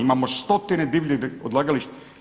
Imamo stotine divljih odlagališta.